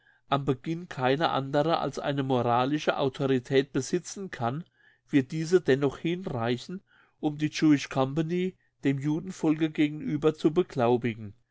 am beginn keine andere als eine moralische autorität besitzen kann wird diese dennoch hinreichen um die jewish company dem judenvolke gegenüber zu beglaubigen